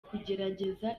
kugerageza